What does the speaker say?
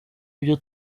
ibyo